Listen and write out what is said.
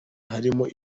harimo